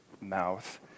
mouth